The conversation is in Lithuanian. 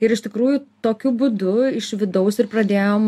ir iš tikrųjų tokiu būdu iš vidaus ir pradėjom